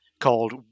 called